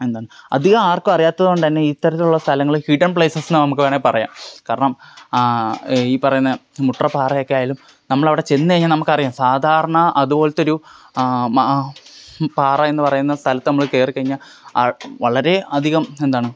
എന്താണ് അധികം ആർക്കും അറിയാത്തതുകൊണ്ട് തന്നെ ഇത്തരത്തിലുള്ള സ്ഥലങ്ങളിൽ ഹിഡൻ പ്ലേസസ് എന്ന് നമുക്ക് വേണമെങ്കിൽ പറയാം കാരണം ഈ പറയുന്ന മുട്ട്ര പാറയൊക്കെയായാലും നമ്മൾ അവിടെ ചെന്നുകഴിഞ്ഞാല് നമുക്കറിയാം സാധാരണ അതുപോലതൊരു പാറ എന്ന് പറയുന്ന സ്ഥലത്ത് നമ്മള് കയറിക്കഴിഞ്ഞാല് ആ വളരെ അധികം എന്താണ്